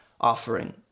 offering